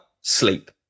sleep